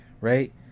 Right